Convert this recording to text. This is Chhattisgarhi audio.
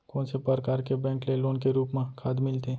कोन से परकार के बैंक ले लोन के रूप मा खाद मिलथे?